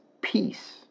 peace